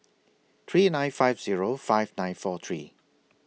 three nine five Zero five nine four three